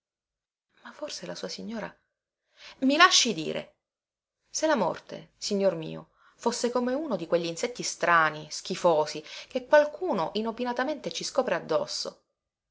ma forse la sua signora i lasci dire se la morte signor mio fosse come uno di queglinsetti strani schifosi che qualcuno inopinatamente ci scopre addosso